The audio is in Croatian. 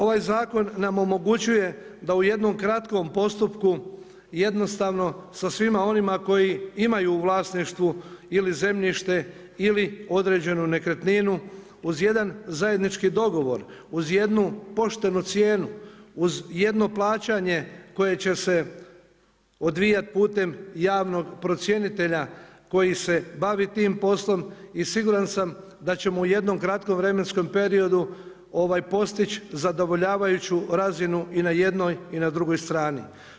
Ovaj zakon nam omogućuje da u jednom kratkom postupku, jednostavno sa svima onima koji imaju u vlasništvu ili zemljište ili određenu nekretninu, uz jedna zajednički dogovor, uz jednu poštenu cijenu, uz jedno plaćanje koje će se odvijati putem javnog procjenitelja koji se bavi tim poslom i siguran sam da ćemo u jednom kratkom vremenskom periodu postići zadovoljavajuću razinu i na jednoj i na drugoj strani.